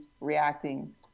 reacting